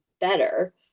better